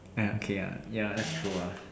eh okay ya ya that's true ah